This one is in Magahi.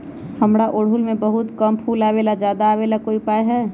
हमारा ओरहुल में बहुत कम फूल आवेला ज्यादा वाले के कोइ उपाय हैं?